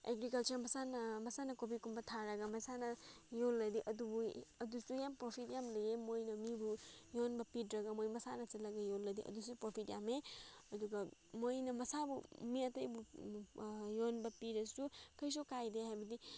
agriculture ꯃꯁꯥꯅ ꯃꯁꯥꯅ ꯀꯣꯕꯤꯒꯨꯝꯕ ꯊꯥꯔꯒ ꯃꯁꯥꯅ ꯌꯣꯜꯂꯗꯤ ꯑꯗꯨꯕꯨ ꯑꯗꯨꯁꯨ ꯌꯥꯝ ꯄ꯭ꯔꯣꯐꯤꯠ ꯌꯥꯝ ꯂꯩꯌꯦ ꯃꯣꯏꯅ ꯃꯤꯕꯨ ꯌꯣꯟꯕ ꯄꯤꯗ꯭ꯔꯒ ꯃꯣꯏ ꯃꯁꯥꯅ ꯆꯠꯂꯒ ꯌꯣꯜꯂꯗꯤ ꯑꯗꯨꯁꯨ ꯄ꯭ꯔꯣꯐꯤꯠ ꯌꯥꯝꯃꯦ ꯑꯗꯨꯒ ꯃꯣꯏꯅ ꯃꯁꯥꯕꯨ ꯃꯤ ꯑꯇꯩꯕꯨ ꯌꯣꯟꯕ ꯄꯤꯔꯁꯨ ꯀꯔꯤꯁꯨ ꯀꯥꯏꯗꯦ ꯍꯥꯏꯕꯗꯤ